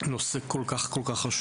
זה נושא כל כך חשוב.